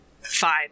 fine